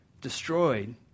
destroyed